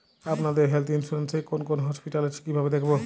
আপনাদের health insurance এ কোন কোন হসপিটাল আছে কিভাবে দেখবো?